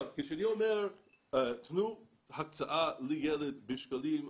כשאני אומר תנו הקצאה לילד בשקלים,